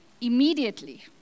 Immediately